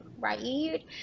right